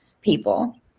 people